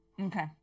Okay